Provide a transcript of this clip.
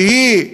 שהיא מחויבת,